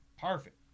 perfect